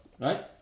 right